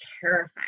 terrifying